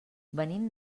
venim